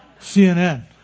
CNN